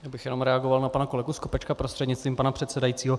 Já bych jenom reagoval na pana kolegu Skopečka prostřednictvím pana předsedajícího.